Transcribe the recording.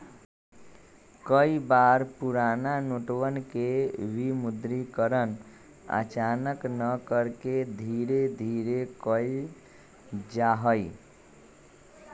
कई बार पुराना नोटवन के विमुद्रीकरण अचानक न करके धीरे धीरे कइल जाहई